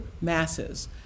masses